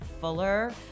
Fuller